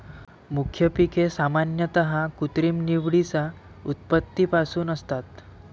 मुख्य पिके सामान्यतः कृत्रिम निवडीच्या उत्पत्तीपासून असतात